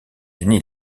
unis